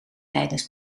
tijdens